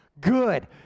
good